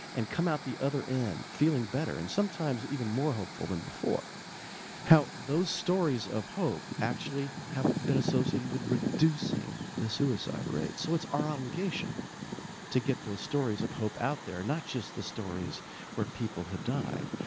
and come out the other end feeling better, and sometimes even more hopeful than before how those stories of hope actually have been associated with reducing the suicide rate. so, it's our obligation to get those stories of hope out there, and not just the stories where people have died.